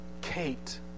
Kate